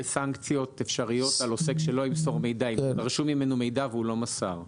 וסנקציות אפשריות על עוסק שדרשו ממנו מידע והוא לא מסר.